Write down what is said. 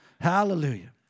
Hallelujah